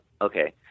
okay